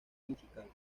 musical